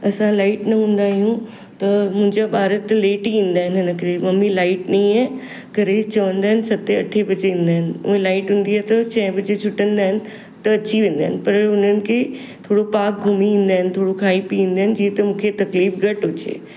असां लाइट न हूंदा आहियूं त मुंहिंजा ॿार त लेट ई ईंदा आहिनि हिन करे मम्मी लाइट नई है करे चवंदा आहिनि सते अठे बजे ईंदा आहिनि उहे लाइट हूंदी आहे त छह बजे छुटंदा आहिनि त अची वेंदा आहिनि पर हुननि खे थोरो पार्क घुमी ईंदी आहिनि थोरो खाई पी ईंदा आहिनि त मूंखे तकलीफ़ घटि हुजे